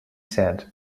said